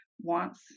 wants